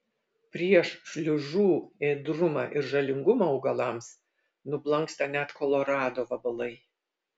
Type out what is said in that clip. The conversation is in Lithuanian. prieš šliužų ėdrumą ir žalingumą augalams nublanksta net kolorado vabalai